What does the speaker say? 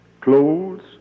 clothes